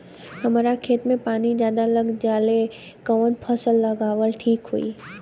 हमरा खेत में पानी ज्यादा लग जाले कवन फसल लगावल ठीक होई?